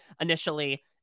initially